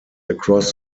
across